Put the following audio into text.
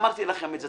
אמרתי לכם את זה,